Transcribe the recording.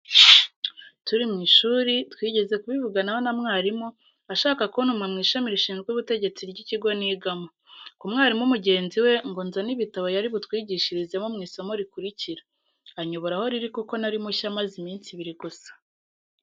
Turi mu ishuri, twigeze kubivuganaho na mwarimu, ashaka kuntuma mu ishami rishinzwe ubutegetsi ry'kigo nigamo, ku mwarimu mugenzi we, ngo nzane igitabo yari butwigishirizemo mu isomo rikurikira; anyobora aho riri kuko nari mushya, maze iminsi ibiri gusa.